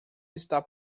está